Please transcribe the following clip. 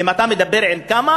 אם אתה מדבר עם כמה,